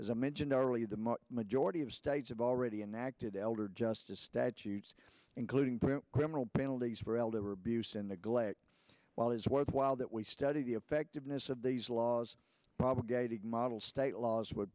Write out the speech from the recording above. as i mentioned earlier the majority of states have already enacted elder justice statutes including criminal penalties for elder abuse and neglect while it is worthwhile that we study the effectiveness of these laws probably modeled state laws would